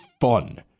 fun